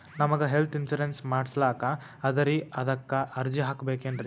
ನಮಗ health insurance ಮಾಡಸ್ಲಾಕ ಅದರಿ ಅದಕ್ಕ ಅರ್ಜಿ ಹಾಕಬಕೇನ್ರಿ?